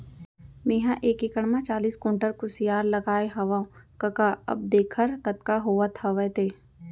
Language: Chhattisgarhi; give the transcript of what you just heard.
मेंहा एक एकड़ म चालीस कोंटल कुसियार लगाए हवव कका अब देखर कतका होवत हवय ते